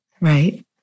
Right